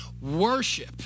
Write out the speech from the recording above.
worship